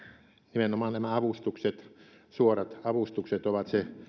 nimenomaan nämä avustukset suorat avustukset ovat se